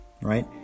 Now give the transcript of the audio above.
right